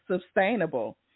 sustainable